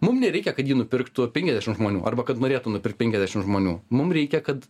mum nereikia kad jį nupirktų penkiasdešim žmonių arba kad norėtų nupirkt penkiasdešim žmonių mums reikia kad